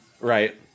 Right